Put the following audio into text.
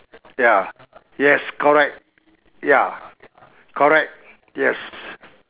ya yes correct ya correct yes